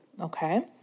okay